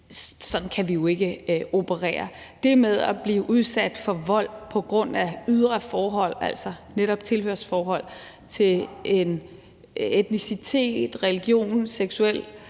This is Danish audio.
Sådan kan vi jo ikke operere. Det er det med at blive udsat for vold på grund af ydre forhold, altså netop tilhørsforhold til en etnicitet, religion, seksualitet